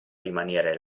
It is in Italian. rimanere